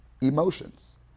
emotions